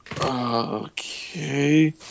Okay